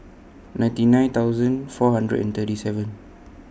ninety nine thousand four hundred and thirty seven